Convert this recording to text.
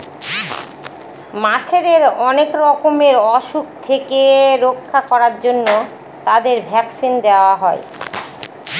মাছেদের অনেক রকমের অসুখ থেকে রক্ষা করার জন্য তাদের ভ্যাকসিন দেওয়া হয়